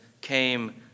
came